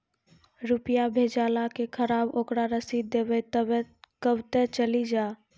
रुपिया भेजाला के खराब ओकरा रसीद देबे तबे कब ते चली जा?